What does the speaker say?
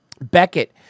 Beckett